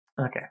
Okay